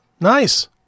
nice